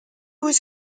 was